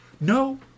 No